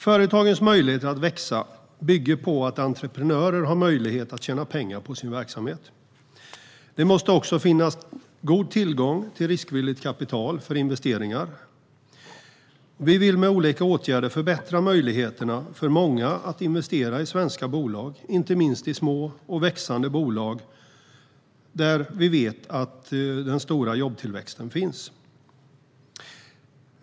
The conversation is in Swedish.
Företagens möjligheter att växa bygger på att entreprenörer kan tjäna pengar på sin verksamhet. Det måste också finnas god tillgång till riskvilligt kapital för investeringar. Vi vill med olika åtgärder förbättra möjligheterna för många att investera i svenska bolag, inte minst i små och växande bolag där vi vet att den stora jobbtillväxten finns.